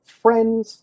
friends